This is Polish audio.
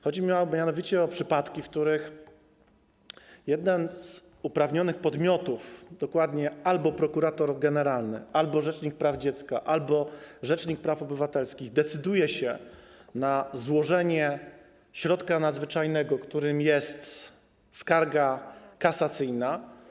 Chodzi mianowicie o przypadki, w których jeden z uprawnionych podmiotów: albo prokurator generalny, albo rzecznik praw dziecka, albo rzecznik praw obywatelskich, decyduje się na złożenie środka nadzwyczajnego, jakim jest skarga kasacyjna.